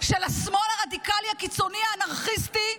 של השמאל הרדיקלי, הקיצוני, האנרכיסטי,